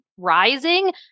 rising